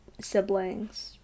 siblings